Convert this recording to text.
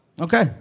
Okay